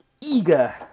eager